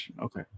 Okay